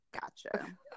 Gotcha